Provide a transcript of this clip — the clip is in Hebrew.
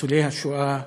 ניצולי השואה.